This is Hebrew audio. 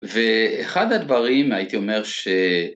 ואחד הדברים הייתי אומר ש..